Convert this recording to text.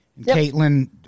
Caitlin